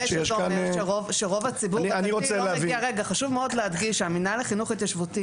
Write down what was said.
חשוב מאוד להדגיש שהמנהל לחינוך התיישבותי